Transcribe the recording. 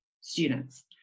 students